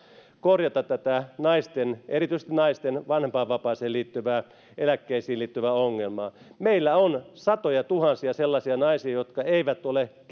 korjata tätä erityisesti naisten vanhempainvapaaseen liittyvää eläkkeisiin liittyvää ongelmaa meillä on satojatuhansia sellaisia naisia jotka eivät ole